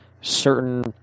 certain